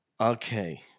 Okay